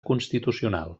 constitucional